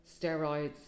steroids